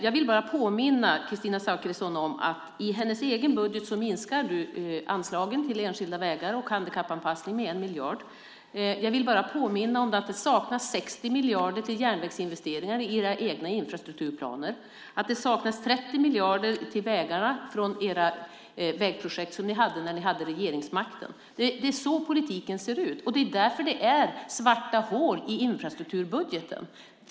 Jag vill bara påminna Kristina Zakrisson om att i hennes egen budget minskas anslagen till enskilda vägar och handikappanpassning med 1 miljard. Jag vill bara påminna om att det saknas 60 miljarder till järnvägsinvesteringar i era egna infrastrukturplaner och att det saknas 30 miljarder till vägarna från era vägprojekt som ni hade när ni hade regeringsmakten. Det är så politiken ser ut. Det är därför det är svarta hål i infrastrukturbudgeten.